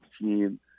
team